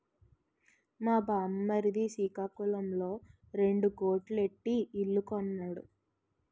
మా బామ్మర్ది సికాకులంలో రెండు కోట్లు ఎట్టి ఇల్లు కొన్నాడు